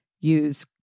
Use